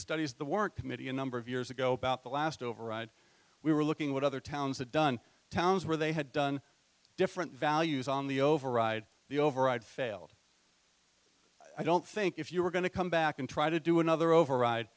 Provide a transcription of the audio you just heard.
studies the work committee a number of years ago about the last override we were looking what other towns had done towns where they had done different values on the override the override failed i don't think if you were going to come back and try to do another override